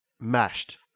Mashed